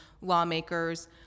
lawmakers